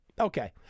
okay